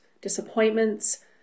disappointments